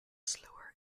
slower